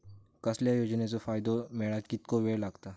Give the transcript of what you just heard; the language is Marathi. कसल्याय योजनेचो फायदो मेळाक कितको वेळ लागत?